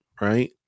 right